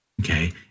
Okay